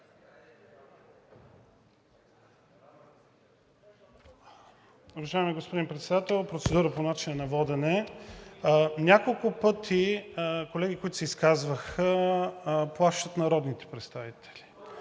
Уважаеми господин Председател, процедура по начина на водене. Няколко пъти колеги, които се изказваха, плашат народните представители.